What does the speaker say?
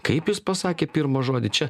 kaip jis pasakė pirmą žodį čia